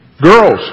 Girls